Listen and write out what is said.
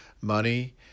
money